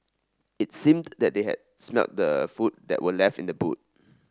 it seemed that they had smelt the food that were left in the boot